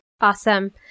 Awesome